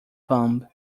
thumb